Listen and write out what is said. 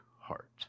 heart